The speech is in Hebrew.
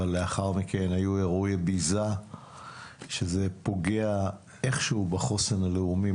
אבל לאחר מכן היו אירועי ביזה שזה פוגע איכשהו בחוסן הלאומי,